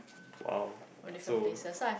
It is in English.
!wow! so